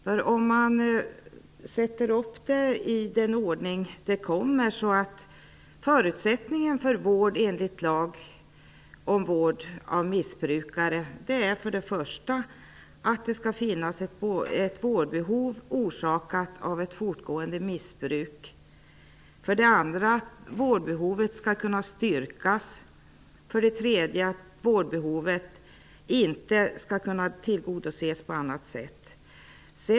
Förutsättningarna för vård enligt lagen om vård av missbrukare är för det första att det skall finnas ett vårdbehov orsakat av ett fortgående missbruk. För det andra skall vårdbehovet kunna styrkas. För det tredje skall vårdbehovet inte kunna tillgodoses på annat sätt.